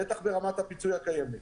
בטח ברמת הפיצוי הקיימת.